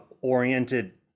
oriented